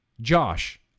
Josh